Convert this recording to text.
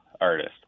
artist